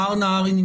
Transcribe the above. מר נהרי,